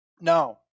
Now